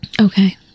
Okay